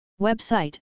Website